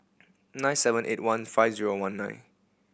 nine seven eight one five zero one nine